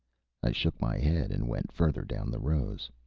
i shook my head, and went further down the rows.